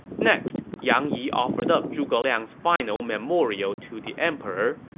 next, yang yi offered up zhuge liang's final memorial to the emperor,